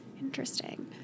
Interesting